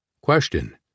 Question